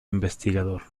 investigador